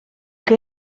que